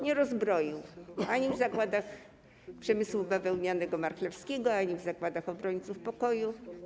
Nie rozbroił, ani w zakładach przemysłu bawełnianego Marchlewskiego, ani w zakładach Obrońców Pokoju.